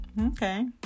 Okay